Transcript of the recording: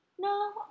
No